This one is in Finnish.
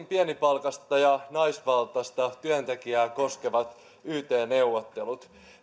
pienipalkkaista ja naisvaltaista työntekijää koskevat yt neuvottelut